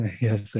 Yes